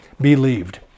believed